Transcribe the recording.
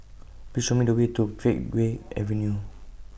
Please Show Me The Way to Pheng Geck Avenue